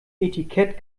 etikett